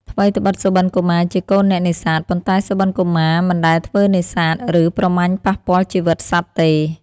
ថ្វីត្បិត សុបិនកុមារជាកូនអ្នកនេសាទ ប៉ុន្តែ សុបិនកុមារ មិន ដែលធ្វើនេសាទ ឬប្រមាញ់ប៉ះពាល់ជីវិតសត្វទេ ។